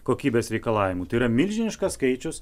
kokybės reikalavimų tai yra milžiniškas skaičius